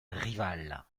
rivale